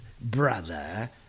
brother